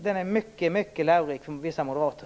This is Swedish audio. Den är mycket lärorik för vissa moderater.